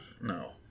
No